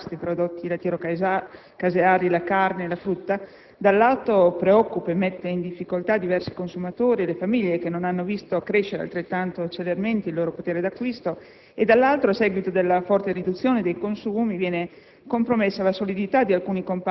quali il pane, il riso, la pasta, i prodotti lattiero-caseari, la carne e la frutta, preoccupa e mette in difficoltà diversi consumatori e le famiglie, che non hanno visto crescere altrettanto celermente il loro potere d'acquisto. Inoltre, a seguito della forte riduzione dei consumi,